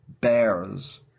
bears